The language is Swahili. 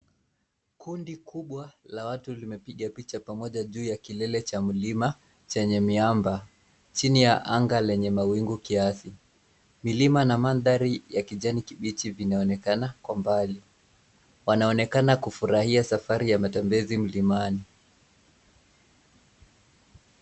Kundi kubwa la watu limepiga picha pamoja juu ya kilele cha mlima chenye miamba, chini ya anga lenye mawingu kiasi. Milima na mandhari ya kijani kibichi vinaonekana kwa mbali. Wanaonekana kufurahia safari ya matembezi mlimani.